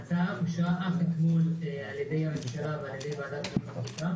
ההמלצה אושרה אך אתמול על ידי הממשלה ועל ידי ועדת השרים לחקיקה.